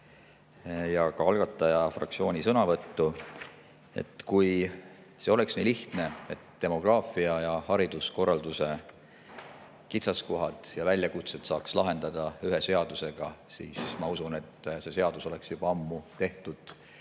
ja ka algataja fraktsiooni esindaja sõnavõttu. Kui see oleks nii lihtne, et demograafia ja hariduskorralduse kitsaskohad ja väljakutsed saaks lahendada ühe seadusega, siis küllap see seadus oleks juba ammu tehtud